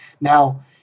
Now